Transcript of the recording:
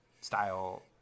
style